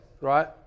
right